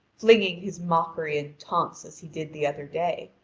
flinging his mockery and taunts as he did the other day.